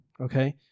okay